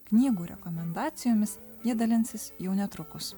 knygų rekomendacijomis jie dalinsis jau netrukus